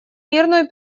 мирную